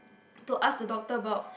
to ask the doctor about